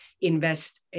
invest